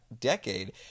decade